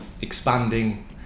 expanding